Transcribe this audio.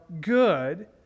good